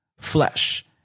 flesh